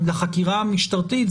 לחקירה המשטרתית,